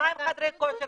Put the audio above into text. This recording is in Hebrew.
מה עם חדרי הכושר?